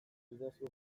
didazu